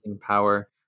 Power